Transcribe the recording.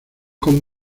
con